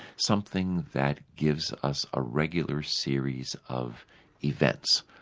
something that gives us a regular series of events.